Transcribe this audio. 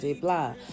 blah